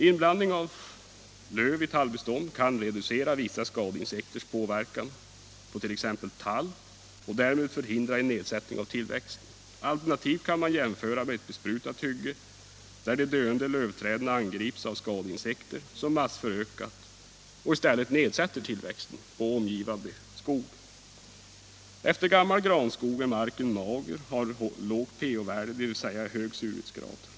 Inblandning av björk i tallbestånd kan reducera vissa skadeinsekters påverkan på t.ex. tall och därmed förhindra en nedsättning av tillväxten. Alternativt kan man jämföra med ett besprutat hygge där de döende lövträden angrips av skadeinsekter som massförökas och i stället nedsätter tillväxten för omgivande skog. Efter gammal granskog är marken mager och har lågt pH-värde, dvs. hög surhetsgrad.